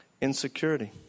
Insecurity